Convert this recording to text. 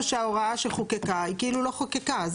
שההוראה שחוקקה היא כאילו לא חוקקה.